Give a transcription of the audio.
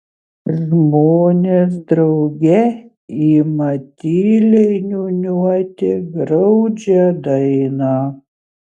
žmonės drauge ima tyliai niūniuoti graudžią dainą